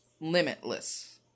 limitless